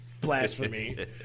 blasphemy